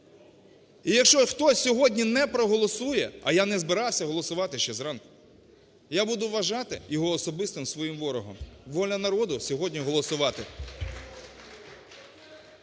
І якщо хтось сьогодні не проголосує, а я не збирався голосувати ще зранку, я буду вважати його особистим своїм ворогом. "Воля народу" сьогодні голосувати…